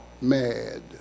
mad